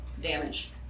damage